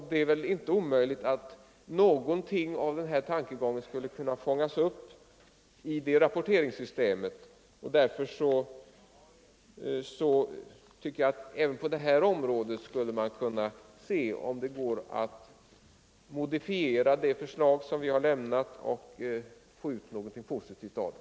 Det är väl inte omöjligt att något av vår tankegång skulle kunna fångas upp i det rapporteringssystemet. Därför tycker jag att man även på detta område skulle kunna undersöka om det är möjligt att modifiera vårt förslag och få ut något positivt av det.